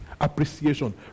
appreciation